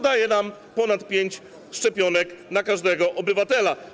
Daje to nam ponad pięć szczepionek na każdego obywatela.